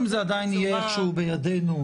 אם זה עדיין יהיה איכשהו בידינו,